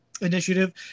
Initiative